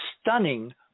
stunning